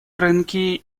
рынки